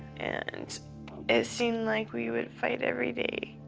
and it seemed like we would fight every day.